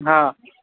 हा